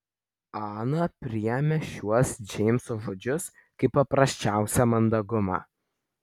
ana priėmė šiuos džeimso žodžius kaip paprasčiausią mandagumą